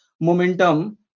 momentum